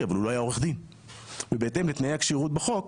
אבל הוא לא היה עורך דין ובהתאם לתנאי הכשירות בחוק,